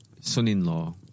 son-in-law